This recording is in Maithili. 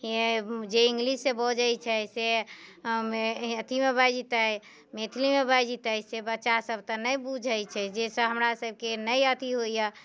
जे इंग्लिश बजैत छै से अथीमे बाजतै मैथिलीमे बाजतै से बच्चा सभ तऽ नहि बुझैत छै जे हमरा सभकेँ नहि अथी होइया